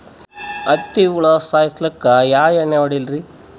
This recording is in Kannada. ಹತ್ತಿ ಹುಳ ಸಾಯ್ಸಲ್ಲಿಕ್ಕಿ ಯಾ ಎಣ್ಣಿ ಹೊಡಿಲಿರಿ?